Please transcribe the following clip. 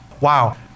wow